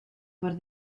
por